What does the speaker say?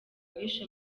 abishe